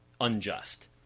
unjust